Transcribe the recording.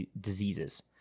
diseases